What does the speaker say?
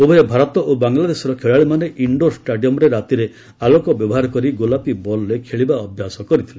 ଉଭୟ ଭାରତ ଓ ବାଂଲାଦେଶର ଖେଳାଳିମାନେ ଇଣ୍ଡୋର୍ ଷ୍ଟାଡିୟମ୍ରେ ରାତିରେ ଆଲୋକ ବ୍ୟବହାର କରି ଗୋଲାପୀ ବଲ୍ରେ ଖେଳିବା ଅଭ୍ୟାସ କରିଥିଲେ